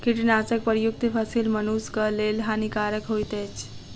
कीटनाशक प्रयुक्त फसील मनुषक लेल हानिकारक होइत अछि